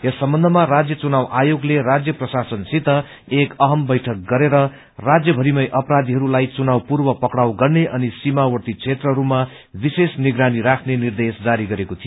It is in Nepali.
यस सम्बन्धमा राज्य चुनाव आयोगले राज्य प्रशासनसित एक अहम बैठक गरेर राज्यभरिमै अपराधीहरूलाई चुनावपूर्व पक्राउ गर्ने अनि सीमावर्ती क्षेत्रहरूमा विशेष निगरानी राख्ने निर्देश जारी गरेको थियो